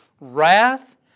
wrath